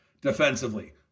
defensively